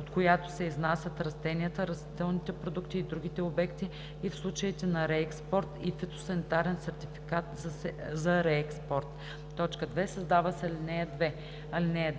от която се изнасят растенията, растителните продукти и другите обекти, а в случаите на реекспорт – и фитосанитарен сертификат за реекспорт.“ 2. Създава се ал. 2: